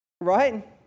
right